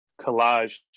collage